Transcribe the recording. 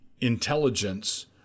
intelligence